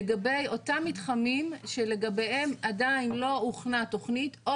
לגבי אותם מתחמים שלגביהם עדיין לא הוכנה תוכנית או